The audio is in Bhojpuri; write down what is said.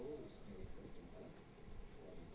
तू आपन पइसा एक समय खातिर फिक्स करला